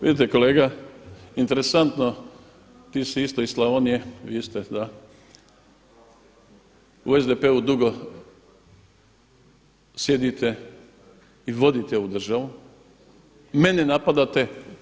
Vidite kolega, interesantno ti si isto iz Slavonije, vi ste da u SDP dugo sjedite i vodite ovu državu i mene napadate.